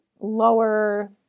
lower